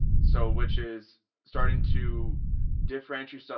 so which is starting to differentiate, so